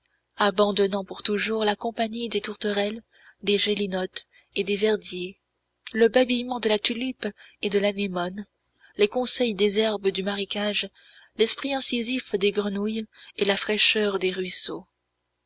abandonnant pour toujours la compagnie des tourterelles des gelinottes et des verdiers les babillements de la tulipe et de l'anémone les conseils des herbes du marécage l'esprit incisif des grenouilles et la fraîcheur des ruisseaux